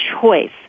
choice